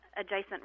adjacent